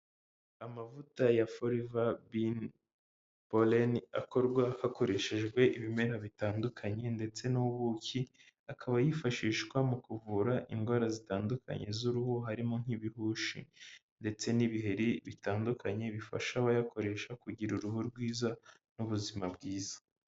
Amavuta ya Forever bee pollen, akorwa hakoreshejwe ibimera bitandukanye ndetse n'ubuki, akaba yifashishwa mu kuvura indwara zitandukanye z'uruhu, harimo nk'ibihushi ndetse n'ibiheri bitandukanye; bifasha abayakoresha kugira uruhu rwiza n'ubuzima bwiza.